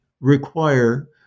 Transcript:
require